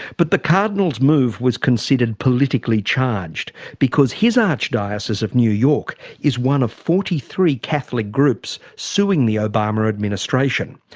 but the cardinal's move was considered politically charged because his archdiocese of new york is one of forty three catholic groups suing the obama administration.